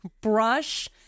brush